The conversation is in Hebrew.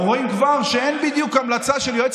אנחנו רואים כבר שאין בדיוק המלצה של היועץ